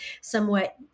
somewhat